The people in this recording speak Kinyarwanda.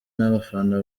n’abafana